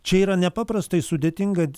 čia yra nepaprastai sudėtinga